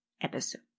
episode